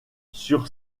sur